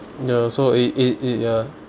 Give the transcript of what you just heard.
ya lor so it it it ya